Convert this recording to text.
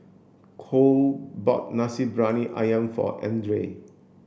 Cole bought Nasi Briyani Ayam for Andrae